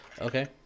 Okay